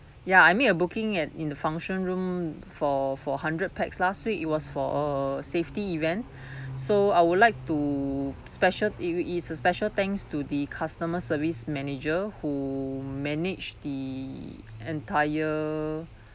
ya I made a booking at in the function room for for hundred pax last week it was for a safety event so I would like to special it it's a special thanks to the customer service manager who manage the entire